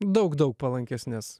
daug daug palankesnis